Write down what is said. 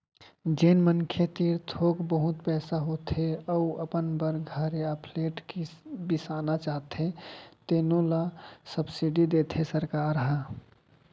जेन मनखे तीर थोक बहुत पइसा होथे अउ अपन बर घर य फ्लेट बिसाना चाहथे तेनो ल सब्सिडी देथे सरकार ह